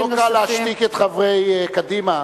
לא קל להשתיק את חברי קדימה,